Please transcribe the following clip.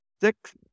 six